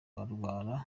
barwara